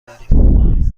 داریم